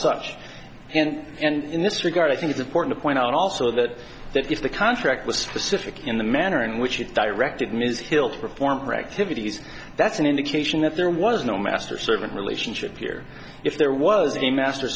such and and in this regard i think it's important to point out also that that if the contract was specific in the manner in which it directed ms hill to perform activities that's an indication that there was no master servant relationship here if there was a master